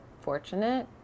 fortunate